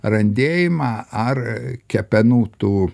randėjimą ar kepenų tų